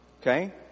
Okay